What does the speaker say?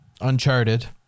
Uncharted